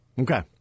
Okay